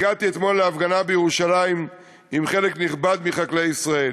הגעתי אתמול להפגנה בירושלים עם חלק נכבד מחקלאי ישראל.